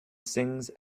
sings